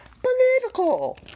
political